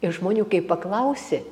ir žmonių kai paklausi